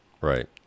Right